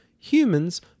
Humans